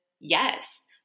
yes